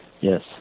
yes